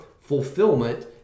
fulfillment